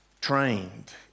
trained